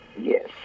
Yes